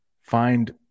find